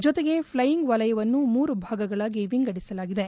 ಜತೆಗೆ ಫ್ಟೆಯಿಂಗ್ ವಲಯವನ್ನು ಮೂರು ಭಾಗಗಳಾಗಿ ವಿಂಗಡಿಸಲಾಗಿದೆ